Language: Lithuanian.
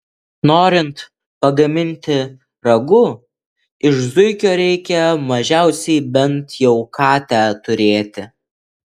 norint pagaminti ragu iš zuikio reikia mažiausiai bent jau katę turėti